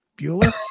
Bueller